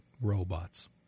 robots